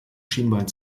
schienbein